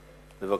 בבקשה.